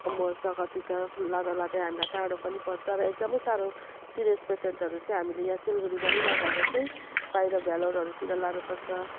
मर्छ कति त लाँदा लाँदै हामीलाई टाढो पनि पर्छ र एकदमै साह्रो सिरियस पेसेन्टहरू चाहिँ हामीले यहाँ सिलिगुडीमा नि नभएर चाहिँ बाहिर भेलोरहरूतिर लानुपर्छ